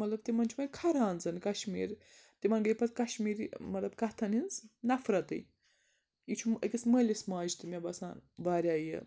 مطلب تِمَن چھُ وَنۍ کھَران زَن کَشمیٖر تِمَن گٔے پَتہٕ کَشمیٖری مطلب کَتھَن ہِنٛز نَفرَتٕے یہِ چھُ أکِس مٲلِس ماجہِ تہِ مےٚ باسان وارِیاہ یہِ